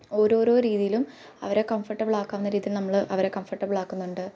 ഓരോരോ രീതിയിലും അവരെ കംഫർട്ടബിൾ ആക്കാവുന്ന രീതിയിൽ നമ്മൾ അവരെ കംഫർട്ടബിൾ ആക്കുന്നുണ്ട്